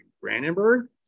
Brandenburg